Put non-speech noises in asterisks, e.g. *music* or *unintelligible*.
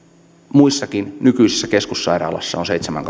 muissakin nykyisissä keskussairaaloissa on seitsemän *unintelligible*